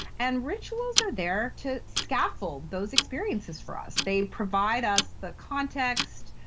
and rituals are there to scaffold those experiences for us. they provide us the context,